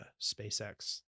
SpaceX